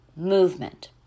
Movement